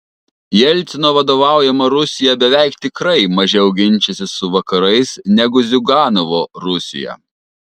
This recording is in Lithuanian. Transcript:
jelcino vadovaujama rusija beveik tikrai mažiau ginčysis su vakarais negu ziuganovo rusija